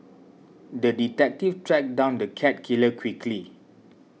the detective tracked down the cat killer quickly